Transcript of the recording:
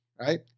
right